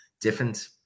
different